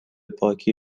پاکی